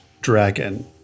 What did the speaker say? Dragon